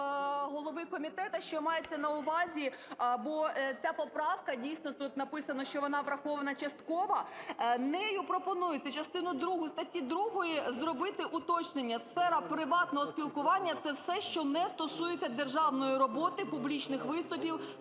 голови комітету, що мається на увазі, бо ця поправка, дійсно, тут написано, що вона врахована частково. Нею пропонується частину другу статті 2 зробити уточнення: "сфера приватного спілкування – це все, що не стосується державної роботи, публічних виступів